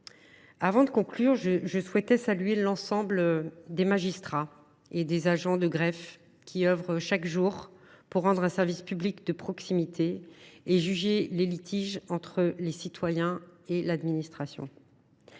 Avant de conclure, je souhaitais saluer l’ensemble des magistrats et des agents de greffe, qui œuvrent chaque jour pour rendre un service public de proximité et juger les litiges entre les citoyens et l’administration.